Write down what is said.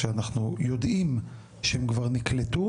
כשאנחנו יודעים שהם כבר נקלטו.